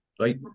Right